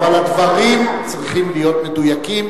אבל הדברים צריכים להיות מדויקים.